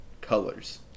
colors